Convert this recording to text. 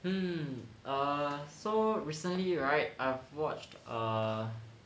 hmm uh so recently right I've watched uh